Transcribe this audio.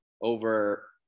over